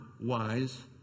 wise